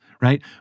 right